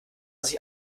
sich